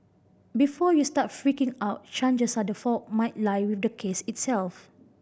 before you start freaking out chances are the fault might lie with the case itself